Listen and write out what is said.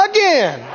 Again